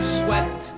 sweat